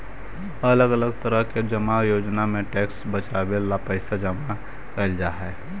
अलग अलग तरह के जमा योजना में टैक्स बचावे ला पैसा जमा कैल जा हई